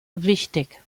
wichtig